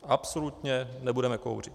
Absolutně nebudeme kouřit.